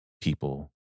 people